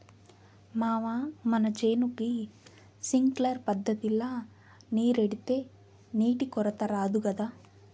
మావా మన చేనుకి సింక్లర్ పద్ధతిల నీరెడితే నీటి కొరత రాదు గదా